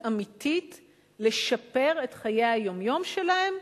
אמיתית לשפר את חיי היום-יום שלהם,